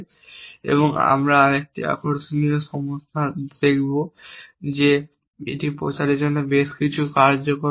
এবং আমরা আরেকটি আকর্ষণীয় সমস্যা দেখব যেটি প্রচারের জন্য এটি বেশ কার্যকরভাবে দাবি করে